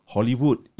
Hollywood